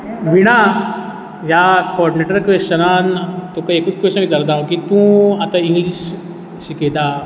विणा ह्या कोऑर्डनैटर क्वेश्चनान तुका एकूच क्वेश्चन विचारतां हांव की तूं आतां इंग्लीश शिकयता